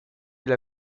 île